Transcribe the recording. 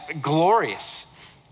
glorious